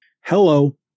Hello